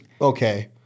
okay